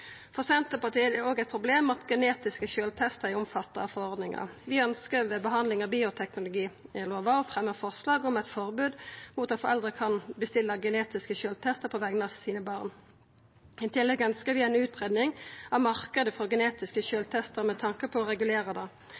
For Senterpartiet er det òg eit problem at genetiske sjølvtestar er omfatta av forordninga. Vi ønskjer ved behandling av bioteknologilova å fremja forslag om eit forbod mot at foreldre kan bestilla genetiske sjølvtestar på vegner av sine barn. I tillegg ønskjer vi ei utgreiing av marknaden for genetiske sjølvtestar med tanke på å regulera det.